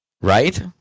Right